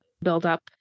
buildup